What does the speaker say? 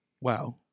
Wow